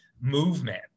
movement